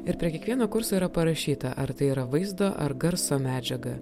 ir prie kiekvieno kurso yra parašyta ar tai yra vaizdo ar garso medžiaga